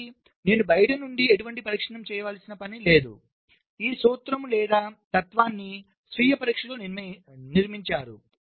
కాబట్టి నేను బయటి నుండి ఎటువంటి పరీక్ష చేయవలసిన అవసరం లేదు ఈ సూత్రం లేదా తత్వాన్ని స్వీయ పరీక్షలో నిర్మించారు